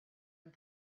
and